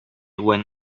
when